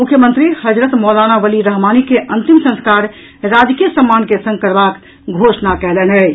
मुख्यमंत्री हजरत मौलाना वली रहमानी के अंतिम संस्कार राजकीय सम्मानके संग करबाक घोषणा कयलनि अछि